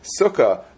Sukkah